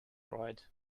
right